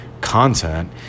content